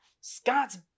Scott's